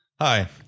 Hi